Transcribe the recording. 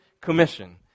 Commission